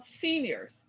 seniors